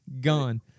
Gone